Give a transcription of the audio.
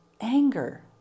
anger